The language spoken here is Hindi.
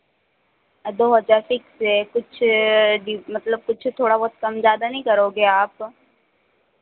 दो हज़ार फिक्स है कुछ मतलब कुछ थोड़ा बहुत कम ज़्यादा नहीं करोगे आप